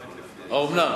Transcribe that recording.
האומנם?